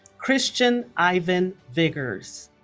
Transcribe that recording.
cristian ivan viggers